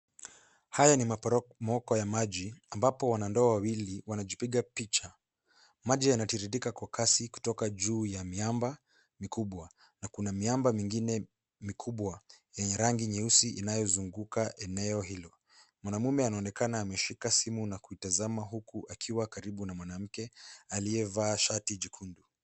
Haya ni maporomoko ya maji ambapo wanandoa wawili wanajipika picha, maji yana tiririka Kwa Kasi kutoka juu ya miamba mikubwa na Kuna miamba mingine mikubwa yenye rangi nyeusi inayosunguka eneo hilo mwanamume anaonekana ameshika simu kuitazama uku akiwa karibu na mwanamke aliyevaa shati jekundu